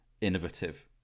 innovative